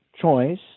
choice